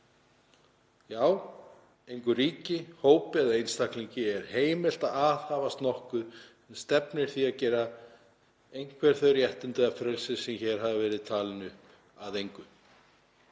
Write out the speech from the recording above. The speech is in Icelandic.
Já, engu ríki, hópi eða einstaklingi er heimilt að aðhafast nokkuð sem stefnir að því að gera einhver þau réttindi eða frelsi sem hér hafa verið talin upp að engu.